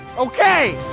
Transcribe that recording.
ok.